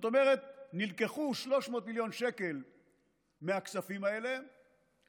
שכמובן לא נתנה שום תשובה על מקורות 500 מיליון השקל האלה שעברו